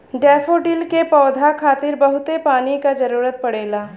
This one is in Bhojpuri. डैफोडिल के पौधा खातिर बहुते पानी क जरुरत पड़ेला